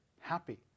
happy